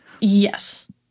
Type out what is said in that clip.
Yes